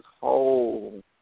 whole